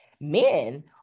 Men